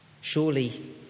Surely